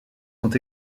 sont